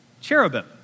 cherubim